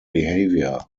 behaviour